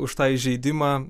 už tą įžeidimą